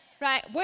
Right